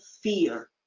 fear